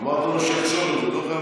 אמרת לו שיחשוב על זה,